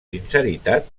sinceritat